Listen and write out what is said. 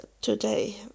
today